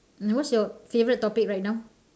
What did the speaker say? what's your favorite topic write down